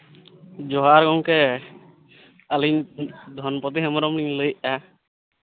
ᱡᱚᱸᱦᱟᱨ ᱜᱚᱢᱠᱮ ᱟᱹᱞᱤᱧ ᱫᱷᱚᱱᱯᱚᱛᱤ ᱦᱮᱢᱵᱨᱚᱢ ᱞᱤᱧ ᱞᱟᱹᱭᱮᱫᱼᱟ